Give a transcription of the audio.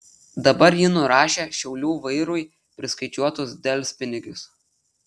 dabar ji nurašė šiaulių vairui priskaičiuotus delspinigius